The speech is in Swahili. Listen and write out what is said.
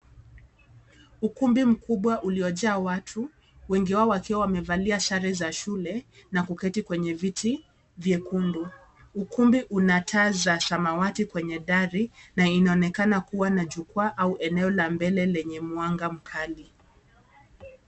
Ukumbi mkubwa uliojaa watu, wengi wao wakiwa wamevalia sare za shule na kuketi kwenye viti vyekundu, ukumbi una taa za samawati kwenye dari na inaonekana kua na jukwaa au eneo la mbele lenye mwanga mkali.